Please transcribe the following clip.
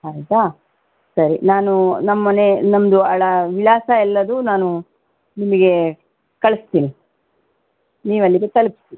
ಆಯಿತಾ ಸರಿ ನಾನು ನಮ್ಮನೇ ನಮ್ಮದು ಅಳಾ ವಿಳಾಸ ಎಲ್ಲದೂ ನಾನು ನಿಮಗೆ ಕಳಿಸ್ತೀನಿ ನೀವು ಅಲ್ಲಿಗೆ ತಲುಪಿಸಿ